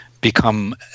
become